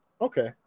Okay